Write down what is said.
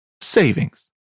savings